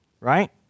right